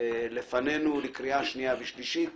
לאישור סופי במתכונת הזו,